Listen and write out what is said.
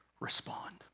respond